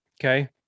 okay